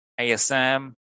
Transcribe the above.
ASM